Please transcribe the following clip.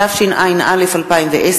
התשע"א 2010,